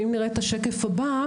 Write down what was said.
ואם נראה את השקף הבא,